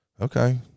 okay